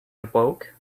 awoke